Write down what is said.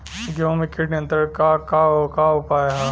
गेहूँ में कीट नियंत्रण क का का उपाय ह?